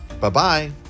Bye-bye